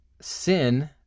sin